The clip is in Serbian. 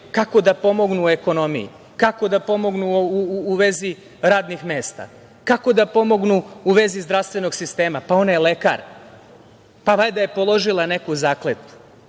kako da pomognu ekonomiji, kako da pomognu u vezi radnih mesta, kako da pomognu u vezi zdravstvenog sistema. Pa ona je lekar, valjda je položila neku zakletvu.